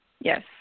yes